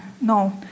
No